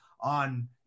on